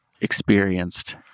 experienced